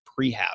prehab